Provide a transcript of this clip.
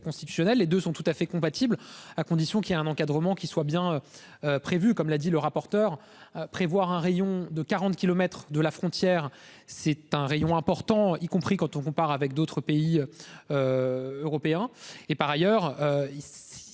et de son tout à fait compatibles à condition qu'il y a un encadrement qui soit bien. Prévu comme l'a dit le rapporteur prévoir un rayon de 40 kilomètres de la frontière. C'est un rayon important y compris quand on compare avec d'autres pays. Européens